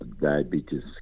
diabetes